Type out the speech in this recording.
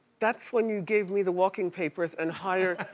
that's when you gave me the walking papers and hired,